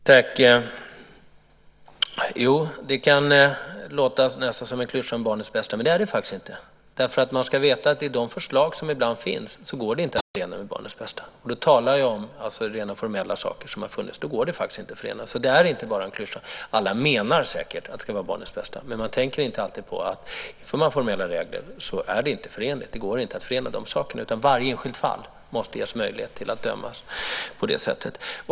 Fru talman! Jo, det här med barnets bästa kan låta nästan som en klyscha, men det är det inte. Man ska veta att det i de förslag som ibland finns inte går att förena med barnets bästa. Jag talar om rent formella saker, då det inte går att förena. Det är alltså inte bara en klyscha. Alla menar säkert att det ska vara barnets bästa, men man tänker inte alltid på att det, på grund av formella regler, inte är förenligt, att det inte går att förena saker. Det måste i varje enskilt fall vara möjligt att döma på det sättet.